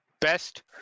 best